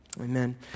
Amen